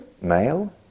male